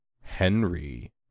Henry